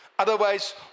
Otherwise